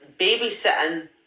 babysitting